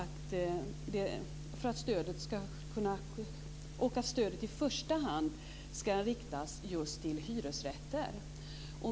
Stödet ska i första hand riktas till hyresrätter.